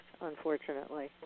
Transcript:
unfortunately